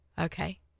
Okay